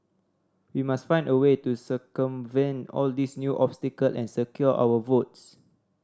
we must find a way to circumvent all these new obstacle and secure our votes